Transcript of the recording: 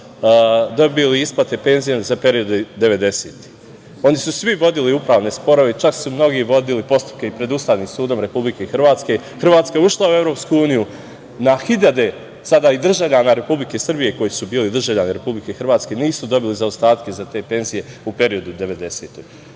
dobili isplate penzija za period 90-ih. Oni su svi vodili upravne sporove i čak su mnogi vodili postupke pred Ustavnim sudom Republike Hrvatske. Hrvatska je ušla u EU, na hiljade sada i državljana Republike Srbije koji su bili državljani Republike Hrvatske nisu dobili zaostatke za te penzije u periodu